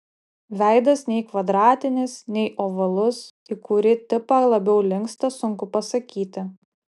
veidas nei kvadratinis nei ovalus į kurį tipą labiau linksta sunku pasakyti